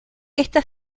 esta